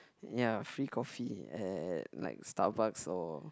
ya free coffee at like Starbucks or